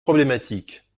problématique